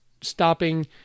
stopping